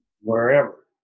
Wherever